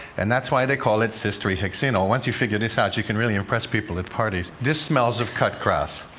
and that's why they call it cis three hexene one ol. once you figure this out, you can really impress people at parties. this smells of cut grass.